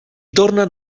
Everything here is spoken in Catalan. tornen